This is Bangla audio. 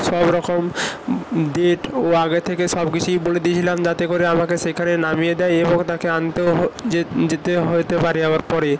সব রকম ডেট ও আগে থেকে সব কিছুই বলে দিয়েছিলাম যাতে করে আমাকে সেখানে নামিয়ে দেয় এবং তাকে আনতেও যেতে হতে পারে আবার পরে